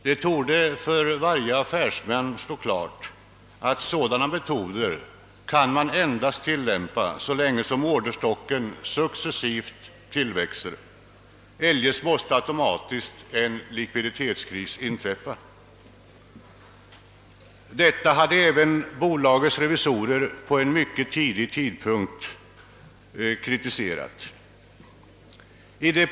Det torde stå klart för varje affärsman att sådana metoder endast kan tillämpas så länge orderstocken tillväxer successivt, i annat fall inträffar automatiskt en likviditetskris. Detta varvets tillvägavångssätt kri tiserades också på ett mycket tidigt stadium av bolagets revisorer.